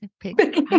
pick